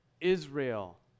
Israel